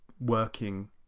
working